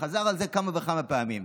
חזר על זה כמה וכמה פעמים.